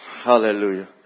Hallelujah